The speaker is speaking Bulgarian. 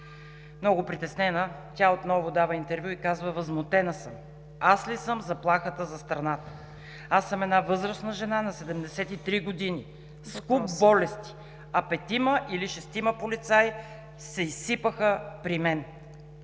Много притеснена, тя отново дава интервю и казва: „Възмутена съм! Аз ли съм заплахата за страната? Аз съм една възрастна жена на 73 години с куп болести, а петима или шестима полицаи се изсипаха при мен…“,